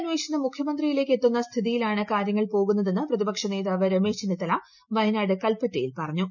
അന്വേഷണം മുഖ്യമന്ത്രിയിലേക്ക് എത്തുന്ന സ്ഥിതിയിലാണ് കാര്യങ്ങൾ പോകുന്നതെന്നു പ്രതിപക്ഷ നേതാവ് രമേശ് ചെന്നിത്തല വയനാട് കൽപ്പറ്റയിൽ പറഞ്ഞു